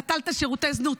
נטלת שירותי זנות.